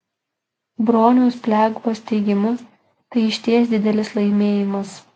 broniaus pliavgos teigimu tai išties didelis laimėjimas